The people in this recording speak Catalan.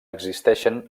existeixen